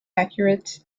accurate